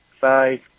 Bye